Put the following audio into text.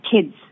kids